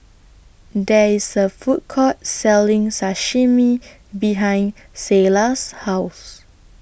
There IS A Food Court Selling Sashimi behind Selah's House